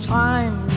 time